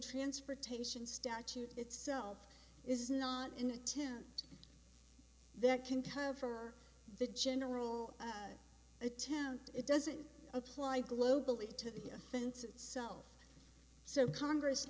transportation statute itself is not in a tent that can tow for the general attempt it doesn't apply globally to the offense itself so congress